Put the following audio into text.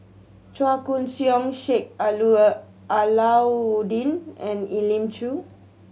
Chua Koon Siong Sheik Alau'ddin and Elim Chew